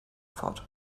fort